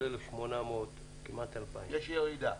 של 1,800 כמעט 2,000 -- יש ירידה.